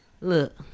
Look